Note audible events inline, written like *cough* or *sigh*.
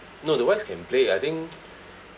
no the whites can play I think *noise*